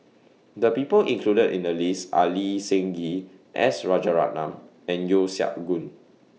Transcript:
The People included in The list Are Lee Seng Gee S Rajaratnam and Yeo Siak Goon